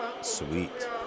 Sweet